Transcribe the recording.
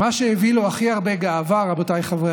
חברות וחברי